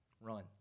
Run